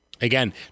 Again